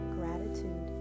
Gratitude